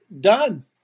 done